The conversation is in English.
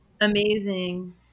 amazing